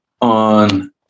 on